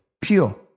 Pure